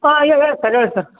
ಹಾಂ ಈಗ ಹೇಳಿ ಸರ್ ಹೇಳಿ ಸರ್